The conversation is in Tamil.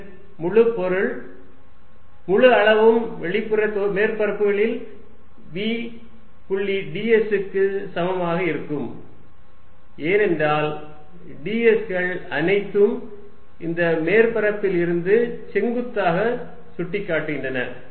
இதன் பொருள் முழு அளவும் வெளிப்புற மேற்பரப்புகளில் v புள்ளி ds க்கு சமமாக இருக்கும் ஏனென்றால் ds கள் அனைத்தும் இந்த மேற்பரப்பில் இருந்து செங்குத்தாக சுட்டிக்காட்டுகின்றன